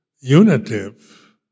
unitive